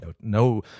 no